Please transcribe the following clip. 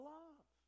love